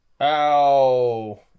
ow